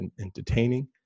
entertaining